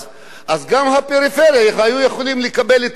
אז גם בפריפריה היו יכולים לקבל את הטיפול